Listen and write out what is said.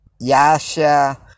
Yasha